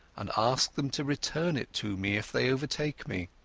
and ask them to return it to me if they overtake me